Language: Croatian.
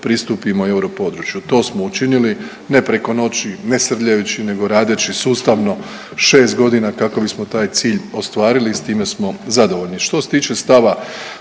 pristupimo europodručju. To smo učinili, ne preko noći, ne srljajući nego radeći sustavno 6 godina kako bismo taj cilj ostvarili i s time smo zadovoljni.